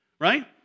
right